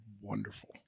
wonderful